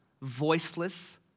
voiceless